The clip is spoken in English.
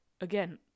again